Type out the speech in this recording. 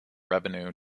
revenues